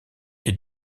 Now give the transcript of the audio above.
est